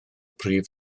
prif